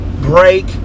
break